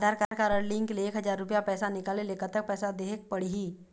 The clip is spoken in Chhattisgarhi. आधार कारड लिंक ले एक हजार रुपया पैसा निकाले ले कतक पैसा देहेक पड़ही?